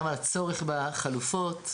גם על הצורך בחלופות,